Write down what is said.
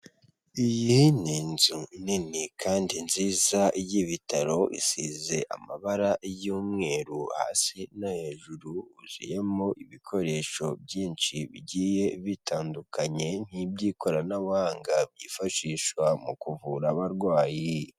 Iyi ni inzu nini kandi nziza y'ibitaro isize amabara y'mweru hasi no hejuru, huzuyemo ibikoresho byinshi bigiye bitandukanye n'iby'ikoranabuhanga byifashishwa mu kuvura abarwayi.